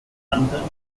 anderem